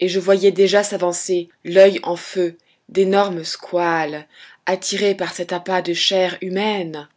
et je voyais déjà s'avancer l'oeil en feu d'énormes squales attirés par cet appât de chair humaine